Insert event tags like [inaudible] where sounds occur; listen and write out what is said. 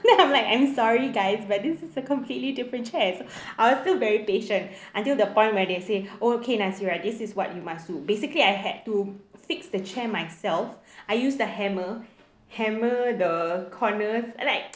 then I'm like I'm sorry guys but this is a completely different chair I was still very patient [breath] until the point where they say okay nasira this is what you must do basically I had to fix the chair myself I use the hammer hammer the corners and like